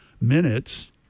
minutes